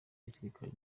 gisirikare